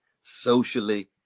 socially